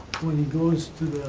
when he goes to